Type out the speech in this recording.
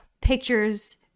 pictures